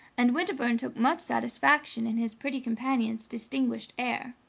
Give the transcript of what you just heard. and winterbourne took much satisfaction in his pretty companion's distinguished air.